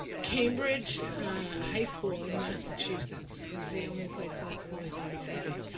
cambridge high school in massachusetts. that's the only place that's really doing it right.